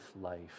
life